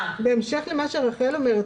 בהמשך למה שרחל אוחנה אומרת,